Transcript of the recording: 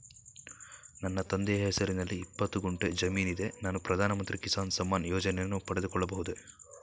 ನನ್ನ ತಂದೆಯ ಹೆಸರಿನಲ್ಲಿ ಇಪ್ಪತ್ತು ಗುಂಟೆ ಜಮೀನಿದೆ ನಾನು ಪ್ರಧಾನ ಮಂತ್ರಿ ಕಿಸಾನ್ ಸಮ್ಮಾನ್ ಯೋಜನೆಯನ್ನು ಪಡೆದುಕೊಳ್ಳಬಹುದೇ?